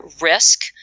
risk